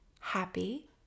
happy